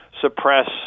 suppress